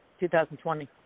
2020